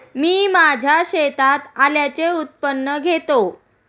मी माझ्या शेतात आल्याचे उत्पादन घेतो